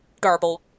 garble